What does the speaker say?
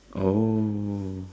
oh